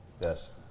yes